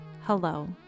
Hello